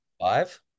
five